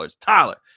Tyler